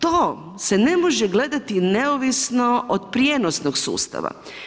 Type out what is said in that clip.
To se ne može gledati neovisno od prijenosnog sustava.